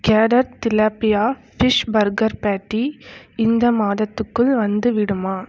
கேடர் tilapia fish burger patty இந்த மாதத்துக்குள் வந்துவிடுமா